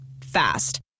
Fast